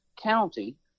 county